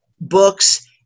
books